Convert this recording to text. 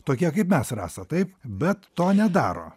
tokie kaip mes rasa taip bet to nedaro